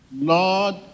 Lord